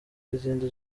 izindi